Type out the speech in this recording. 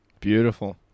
Beautiful